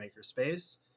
makerspace